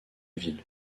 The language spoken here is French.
ville